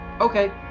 Okay